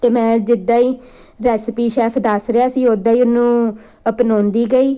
ਅਤੇ ਮੈਂ ਜਿੱਦਾਂ ਹੀ ਰੈਸਪੀ ਸ਼ੈਫ ਦੱਸ ਰਿਹਾ ਸੀ ਉੱਦਾਂ ਹੀ ਉਹਨੂੰ ਅਪਣਾਉਂਦੀ ਗਈ